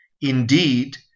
Indeed